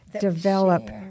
develop